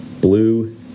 blue